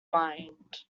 mind